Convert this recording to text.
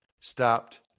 Stopped